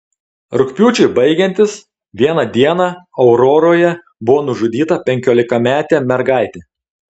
rugpjūčiui baigiantis vieną dieną auroroje buvo nužudyta penkiolikametė mergaitė